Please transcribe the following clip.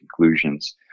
conclusions